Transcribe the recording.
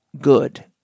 good